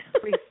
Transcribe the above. Please